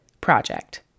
project